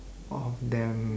of them